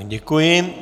Děkuji.